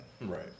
Right